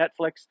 Netflix